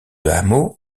hameau